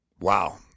Wow